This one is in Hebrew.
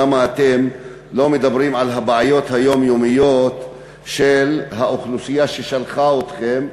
למה אתם לא מדברים על הבעיות היומיומיות של האוכלוסייה ששלחה אתכם,